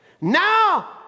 Now